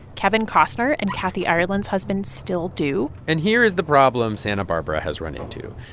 kevin costner and kathy ireland's husband still do and here is the problem santa barbara has run into.